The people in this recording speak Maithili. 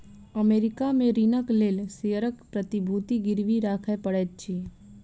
अमेरिका में ऋणक लेल शेयरक प्रतिभूति गिरवी राखय पड़ैत अछि